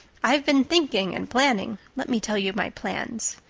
i've been thinking and planning. let me tell you my plans.